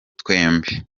twembi